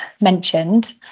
mentioned